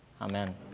Amen